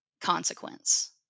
consequence